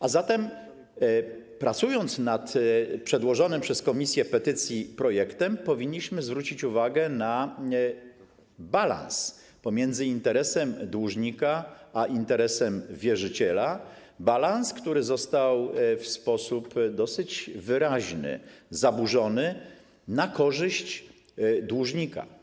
A zatem pracując nad przedłożonym przez komisję petycji projektem, powinniśmy zwrócić uwagę na balans pomiędzy interesem dłużnika a interesem wierzyciela, balans, który został w sposób dosyć wyraźny zaburzony na korzyść dłużnika.